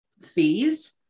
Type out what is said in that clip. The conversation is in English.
fees